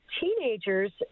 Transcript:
teenagers